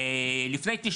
לפני 90